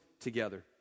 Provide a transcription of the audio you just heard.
together